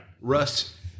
russ